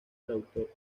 traductor